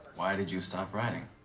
why did you stop writing?